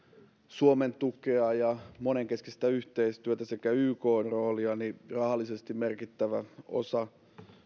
suomen tukea ja monenkeskistä yhteistyötä sekä ykn roolia niin rahallisesti merkittävä osa